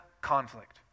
conflict